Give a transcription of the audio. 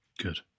Good